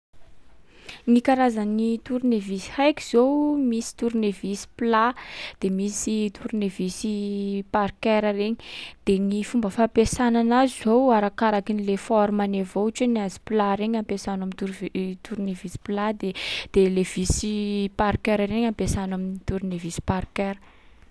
Ny karazan’gny tournevis haiko zao, misy tournevis plat, de misy tournevis parker regny. De ny fomba fampesana anazy zao, arakarakin’le formany avao. Ohatry hoe ny azy plat regny ampesana am'tour-vi- tournevis plat de- de le vis parker regny ampesana am'tournevis parker.